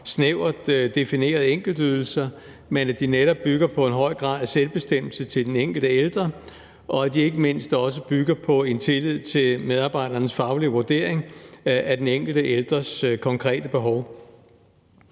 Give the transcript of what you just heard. snævert definerede enkeltydelser, men at den netop bygger på en høj grad af selvbestemmelse til den enkelte ældre, og at den ikke mindst også bygger på en tillid til medarbejdernes faglige vurdering af den enkelte ældres konkrete behov.